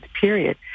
period